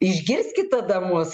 išgirskit tada mus